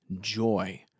joy